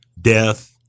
death